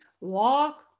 walk